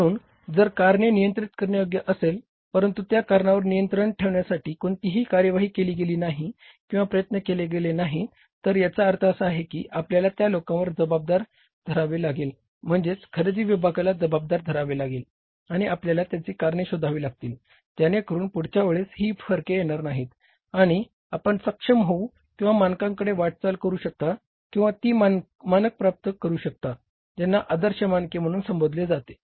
म्हणून जर कारणे नियंत्रित करण्यायोग्य असेल परंतु त्या कारणावर नियंत्रण ठेवण्यासाठी कोणतीही कार्यवाही केली गेली नाही किंवा प्रयत्न केले गेले नाहीत तर याचा अर्थ असा आहे की आपल्याला त्या लोकांना जबाबदार धरावे लागेल म्हणजेच खरेदी विभागाला जबाबदार धरावे लागेल आणि आपल्याला त्याची कारणे शोधावी लागतील ज्याने करून पुढच्यावेळेस ही फरके येणार नाही आणि आपण सक्षम होऊ किंवा मानकांकडे वाटचाल करू शकता किंवा ती मानक प्राप्त करू शकता ज्यांना आदर्श मानक म्हणून संबोधले जाते